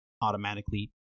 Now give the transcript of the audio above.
automatically